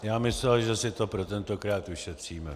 Já myslel, že si to pro tentokrát ušetříme.